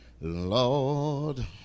lord